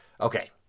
Okay